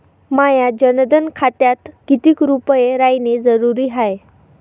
माह्या जनधन खात्यात कितीक रूपे रायने जरुरी हाय?